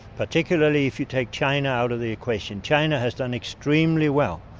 particularly if you take china out of the equation, china has done extremely well.